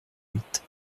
huit